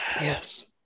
Yes